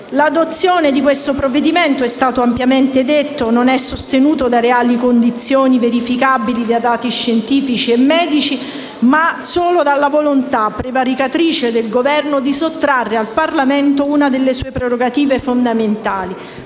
L'adozione di questo provvedimento - è stato ampiamente detto - non è sostenuta da reali condizioni, verificabili da dati scientifici e medici, ma solo dalla volontà prevaricatrice del Governo di sottrarre al Parlamento una delle sue prerogative fondamentali: